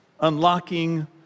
unlocking